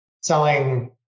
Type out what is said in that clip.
selling